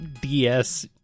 DS